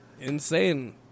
Insane